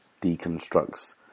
deconstructs